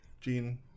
Gene